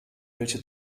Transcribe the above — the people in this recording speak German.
welche